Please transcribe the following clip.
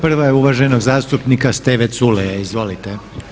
Prva je uvaženog zastupnika Steve Culeja, izvolite.